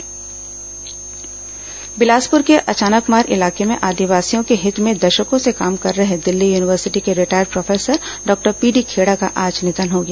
PD Kheda निधन बिलासपुर के अचानकमार इलाके में आदिवासियों के हित में दशकों से काम कर रहे दिल्ली यूनिवर्सिटी के retired professor doctor PD Kheda का आज निधन हो गया